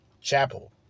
Chapel